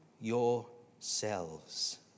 yourselves